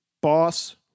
Boss